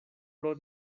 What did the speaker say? pro